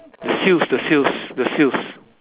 the sills the sills the sills